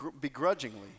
begrudgingly